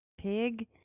Pig